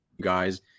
guys